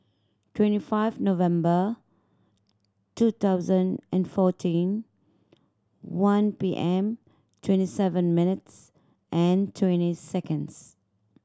twenty five November two thousand and fourteen one P M twenty seven minutes and twenty seconds